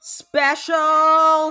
special